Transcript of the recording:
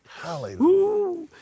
Hallelujah